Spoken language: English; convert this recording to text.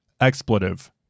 expletive